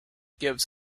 gives